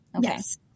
Yes